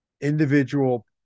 individual